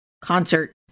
concert